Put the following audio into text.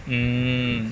mmhmm